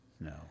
No